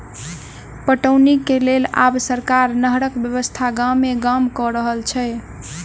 पटौनीक लेल आब सरकार नहरक व्यवस्था गामे गाम क रहल छै